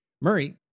murray